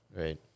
Right